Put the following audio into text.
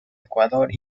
ecuador